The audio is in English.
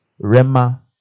Rema